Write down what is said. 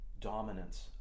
dominance